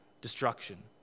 destruction